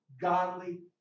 godly